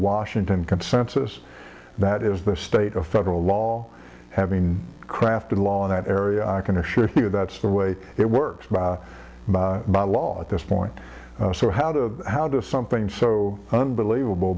washington consensus that is the state of federal law having crafted a law in that area i can assure you that's the way it works by law at this point so how to how do something so unbelievable